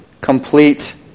complete